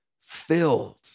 filled